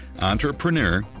entrepreneur